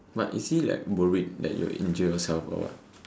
but is he like worried that your injury self or what